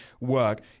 work